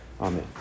Amen